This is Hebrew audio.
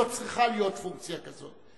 שלא צריכה להיות פונקציה כזאת,